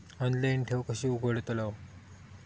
Online ठेव कशी उघडतलाव?